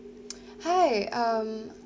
hi um